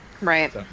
right